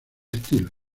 estilos